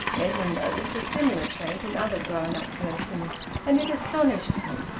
edwin noticed a similar trait in other grown-up persons, and it astonished him.